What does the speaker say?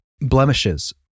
blemishes